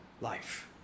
life